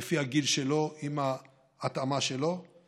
עם ההתאמה שלו לפי הגיל שלו.